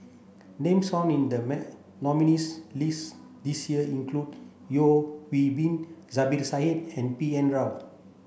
names found in the nominees' list this year include Yeo Hwee Bin Zubir Said and B N Rao